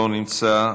לא נמצא,